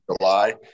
July